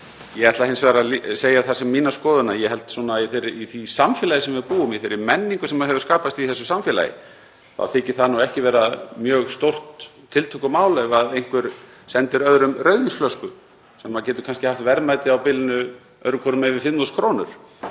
Ég ætla hins vegar að segja það sem mína skoðun að ég held að í því samfélagi sem við búum í, í þeirri menningu sem skapast hefur í þessu samfélagi, þá þykir það ekki vera mjög stórt tiltökumál ef einhver sendir öðrum rauðvínsflösku sem getur kannski haft verðmæti á bilinu öðrum hvorum megin